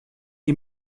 die